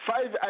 Five